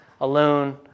alone